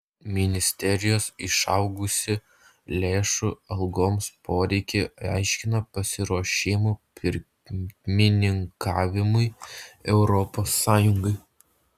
ministerijos išaugusį lėšų algoms poreikį aiškina pasiruošimu pirmininkavimui europos sąjungai